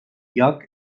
lloc